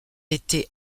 été